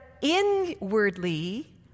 inwardly